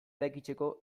eraikitzeko